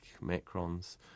macrons